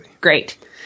great